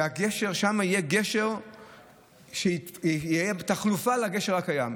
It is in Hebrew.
והגשר שם יהיה גשר שיהווה תחלופה לגשר הקיים.